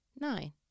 Nine